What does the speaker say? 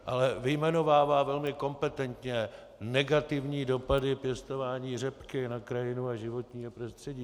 Ale vyjmenovává velmi kompetentně negativní dopady pěstování řepky na krajinu a životní prostředí.